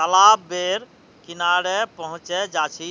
तालाब बेर किनारे पहुचे जा छी